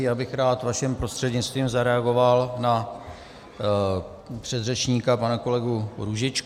Já bych rád vaším prostřednictvím reagoval na předřečníka, pana kolegu Růžičku.